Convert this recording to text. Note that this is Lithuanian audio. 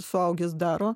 suaugęs daro